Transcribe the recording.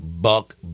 buck